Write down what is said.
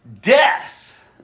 death